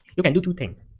you can do two things.